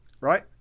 Right